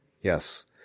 Yes